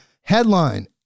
Headline